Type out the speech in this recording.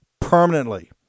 permanently